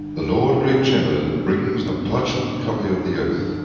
the lord great chamberlain brings a parchment copy of the oath.